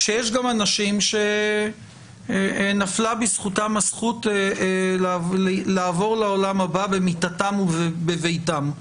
שיש גם אנשים שנפלה בזכותם הזכות לעבור לעולם הבא במיטתם ובביתם.